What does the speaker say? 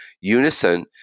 unison